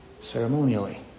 ceremonially